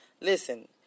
listen